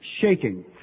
shaking